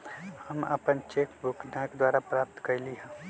हम अपन cheque book डाक द्वारा प्राप्त कईली ह